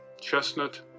chestnut